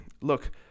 look